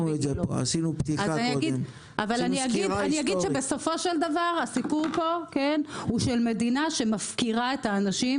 אבל בסופו של דבר הסיפור פה הוא של מדינה שמפקירה את האנשים